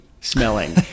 smelling